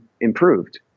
improved